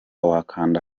wakanda